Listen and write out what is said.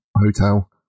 hotel